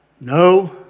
no